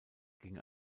ging